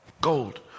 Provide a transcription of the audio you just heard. Gold